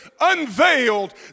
unveiled